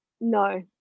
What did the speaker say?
No